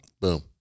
Boom